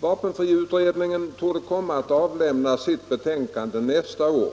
Vapenfriutredningen torde komma att avlämna sitt betänkande nästa år.